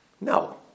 No